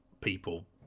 people